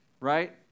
right